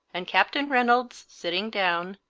and captain reynolds, sitting down,